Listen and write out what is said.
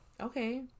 okay